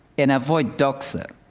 and avoid doxa,